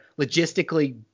logistically